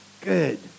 Good